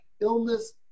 illness